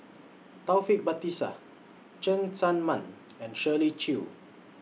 Taufik Batisah Cheng Tsang Man and Shirley Chew